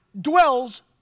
dwells